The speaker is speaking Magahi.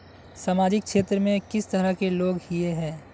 सामाजिक क्षेत्र में किस तरह के लोग हिये है?